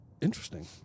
Interesting